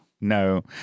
No